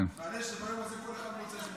מעניין, כל אחד מוצא איזה משהו.